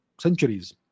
centuries